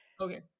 Okay